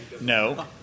No